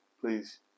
please